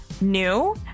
new